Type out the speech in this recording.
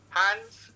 hands